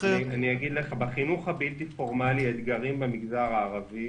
בחינוך הבלתי פורמלי, אתגרים במגזר הערבי